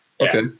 Okay